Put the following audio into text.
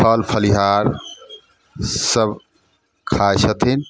फल फलहार सभ खाइ छथिन